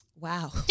Wow